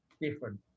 different